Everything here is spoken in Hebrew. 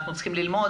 אנחנו צריכים ללמוד,